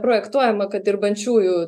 projektuojama kad dirbančiųjų